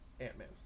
Ant-Man